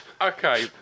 Okay